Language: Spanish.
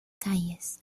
calles